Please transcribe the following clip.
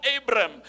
Abraham